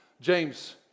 James